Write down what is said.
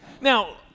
Now